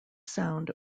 sound